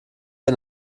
der